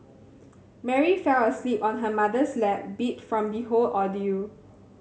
Mary fell asleep on her mother's lap beat from the whole ordeal